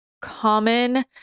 common